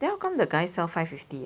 then how come the guy sell five fifty